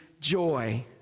joy